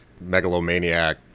megalomaniac